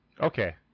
Okay